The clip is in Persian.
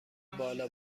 بالا